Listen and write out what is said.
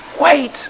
Wait